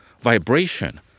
vibration